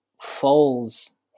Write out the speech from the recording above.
falls